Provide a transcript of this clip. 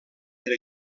per